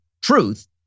truth